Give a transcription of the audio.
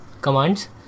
commands